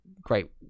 great